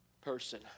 person